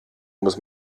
muss